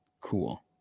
Cool